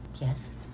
Yes